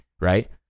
right